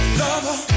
lover